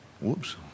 Whoops